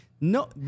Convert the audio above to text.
No